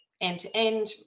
end-to-end